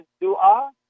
dua